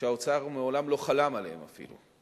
שהאוצר מעולם לא חלם עליהם אפילו,